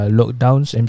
lockdowns